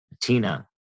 Tina